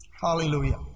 Hallelujah